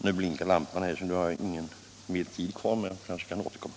Nu blinkar lampan, så jag har inte mer tid kvar, men jag kanske kan återkomma.